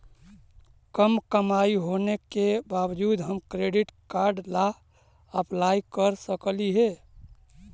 कम कमाई होने के बाबजूद हम क्रेडिट कार्ड ला अप्लाई कर सकली हे?